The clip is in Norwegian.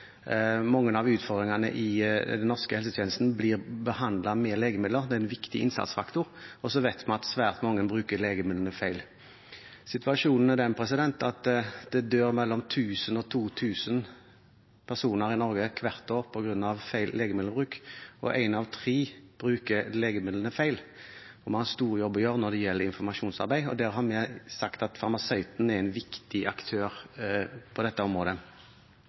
Mange av utfordringene i den norske helsetjenesten blir behandlet med legemidler. Det er en viktig innsatsfaktor. Og vi vet at svært mange bruker legemidlene feil. Situasjonen er at det dør mellom 1 000 og 2 000 personer i Norge hvert år på grunn av feil legemiddelbruk, og at én av tre bruker legemidlene feil. Vi har en stor jobb å gjøre når det gjelder informasjonsarbeid, og vi har sagt at farmasøyten er en viktig aktør på dette området.